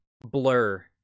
Blur